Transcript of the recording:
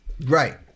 Right